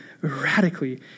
radically